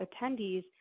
attendees